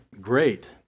great